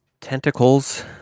tentacles